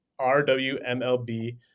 RWMLB